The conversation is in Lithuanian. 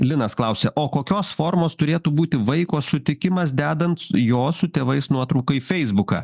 linas klausia o kokios formos turėtų būti vaiko sutikimas dedant jo su tėvais nuotrauką į feisbuką